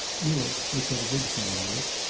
europe, which had originated it,